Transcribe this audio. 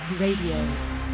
Radio